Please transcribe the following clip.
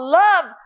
love